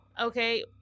Okay